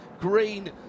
Green